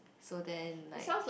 so then like